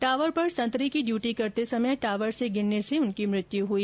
tower पर संतरी की ड्यूटी करते समय टावर से गिरने से उनकी मृत्यु हो गई